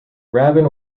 rabin